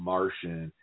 Martian